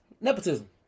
nepotism